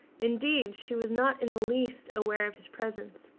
indeed, she was not in the least aware of his presence,